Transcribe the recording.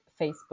Facebook